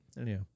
Anyhow